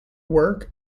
work